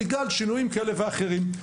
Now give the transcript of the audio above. בגלל שינויים כאלה ואחרים.